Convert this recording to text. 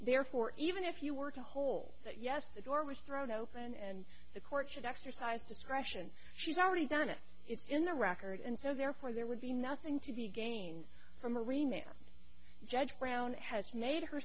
therefore even if you work a hole yes the door was thrown open and the court should exercise discretion she's already done it it's in the record and so therefore there would be nothing to be gained from a remailer judge brown has made her